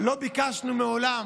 לא ביקשנו מעולם